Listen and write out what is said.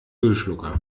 müllschlucker